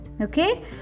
okay